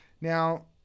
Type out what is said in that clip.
Now